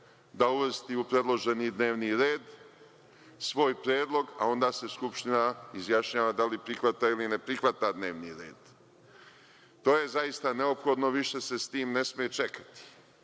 da uvrsti u predloženi dnevni red svoj predlog, a onda se Skupština izjašnjava da li prihvata ili ne prihvata dnevni red. To je zaista neophodno, više se sa tim ne sme čekati.